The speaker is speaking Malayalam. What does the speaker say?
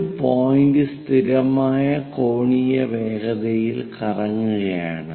ഒരു പോയിന്റ് സ്ഥിരമായ കോണീയ വേഗതയിൽ കറങ്ങുകയാണ്